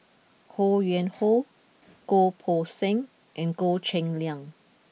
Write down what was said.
Ho Yuen Hoe Goh Poh Seng and Goh Cheng Liang